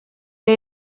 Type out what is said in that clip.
que